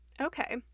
Okay